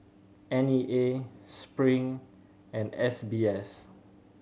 N E A Spring and S B S